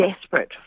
desperate